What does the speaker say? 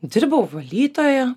dirbau valytoja